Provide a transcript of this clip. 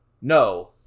no